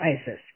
ISIS